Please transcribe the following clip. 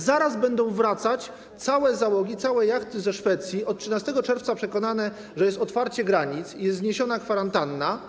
Zaraz będą wracać całe załogi, całe jachty ze Szwecji od 13 czerwca przekonane, że jest otwarcie granic i jest zniesiona kwarantanna.